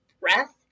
breath